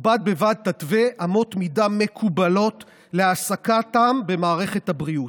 ובד בבד תתווה אמות מידה מקובלות להעסקתם במערכת הבריאות.